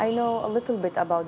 i know a little bit about